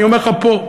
אני אומר לך פה.